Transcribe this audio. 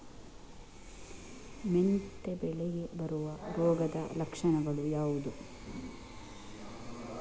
ಮೆಂತೆ ಬೆಳೆಗೆ ಬರುವ ರೋಗದ ಲಕ್ಷಣಗಳು ಯಾವುದು?